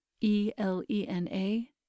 E-L-E-N-A